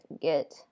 get